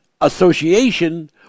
association